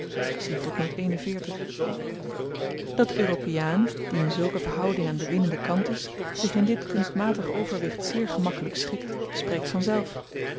dat de europeaan die in zulke verhouding aan den winnenden kant is zich in dit kunstmatig overwicht zeer gemakkelyk schikt spreekt vanzelf